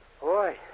Boy